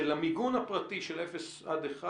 של המיגון הפרטי של אפס עד אחד.